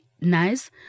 nice